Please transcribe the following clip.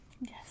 Yes